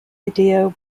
idea